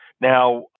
Now